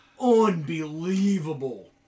unbelievable